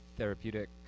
therapeutic